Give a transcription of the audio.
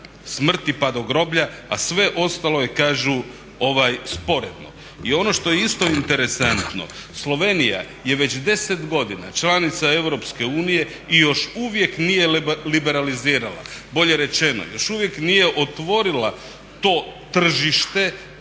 smrti pa do groblja, a sve ostalo je kažu sporedno. I ono što je isto interesantno, Slovenija je već 10 godina članica Europske unije i još uvijek nije liberalizirala, bolje rečeno još uvijek nije otvorila to tržište